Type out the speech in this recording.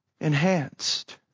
enhanced